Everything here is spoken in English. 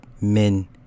men